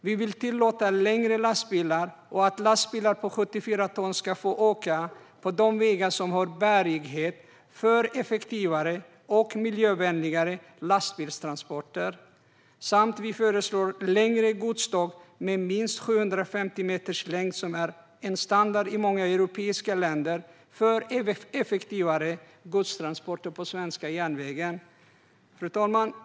Vi vill tillåta längre lastbilar och att lastbilar på 74 ton ska få åka på de vägar som har bärighet, för effektivare och miljövänligare lastbilstransporter. Vi föreslår också längre godståg med en längd på minst 750 meter, vilket är standard i många europeiska länder, för effektivare godstransporter på svenska järnvägar. Fru talman!